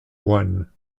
one